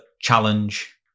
challenge